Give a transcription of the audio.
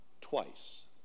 twice